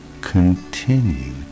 continue